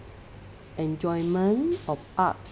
enjoyment of art